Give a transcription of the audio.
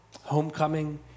homecoming